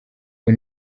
ubu